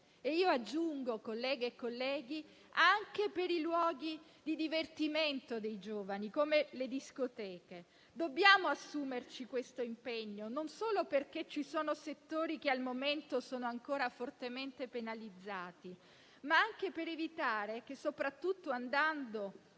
e - aggiungo - anche per quelli di divertimento dei giovani, come le discoteche. Dobbiamo assumerci questo impegno non solo perché ci sono settori al momento ancora fortemente penalizzati, ma anche per evitare che, soprattutto andando